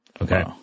Okay